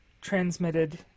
transmitted